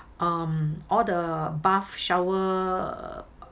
um all the bath shower